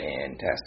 fantastic